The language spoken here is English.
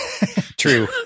True